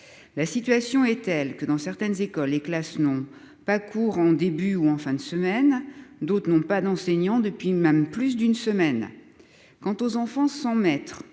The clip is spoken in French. La situation est telle que dans certaines écoles et classes n'ont pas cours en début ou en fin de semaine, d'autres n'ont pas d'enseignants depuis même plus d'une semaine. Quant aux enfants sans mettre,